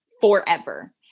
forever